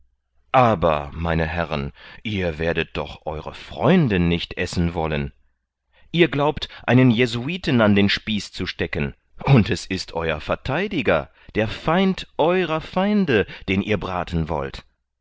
aber meine herren ihr werdet doch eure freunde nicht essen wollen ihr glaubt einen jesuiten an den spieß zu stecken und es ist euer vertheidiger der feind eurer feinde den ihr braten wollt